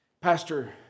Pastor